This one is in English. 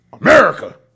America